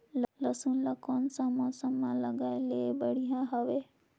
लसुन ला कोन सा मौसम मां लगाय ले बढ़िया हवे?